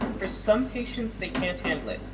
for some patients they can't handle it.